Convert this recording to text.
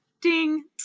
ding